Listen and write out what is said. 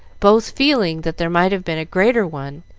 both feeling that there might have been a greater one,